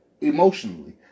emotionally